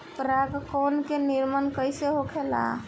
पराग कण क निर्माण कइसे होखेला?